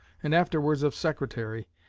and afterwards of secretary,